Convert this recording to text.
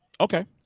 Okay